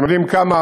אתם יודעים כמה,